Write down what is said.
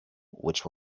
which